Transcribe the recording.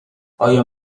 آیا